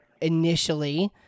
initially